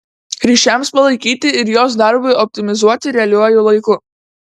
ryšiams palaikyti ir jos darbui optimizuoti realiuoju laiku